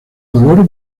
color